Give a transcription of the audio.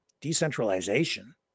Decentralization